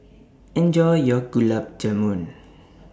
Enjoy your Gulab Jamun